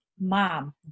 mom